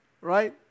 right